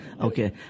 Okay